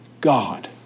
God